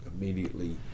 immediately